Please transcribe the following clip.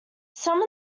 some